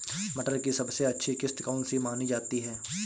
मटर की सबसे अच्छी किश्त कौन सी मानी जाती है?